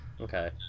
Okay